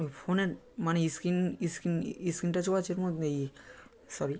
ফোনের মানে screen screen screen টাচও আছে ওর মধ্যেই ই সরি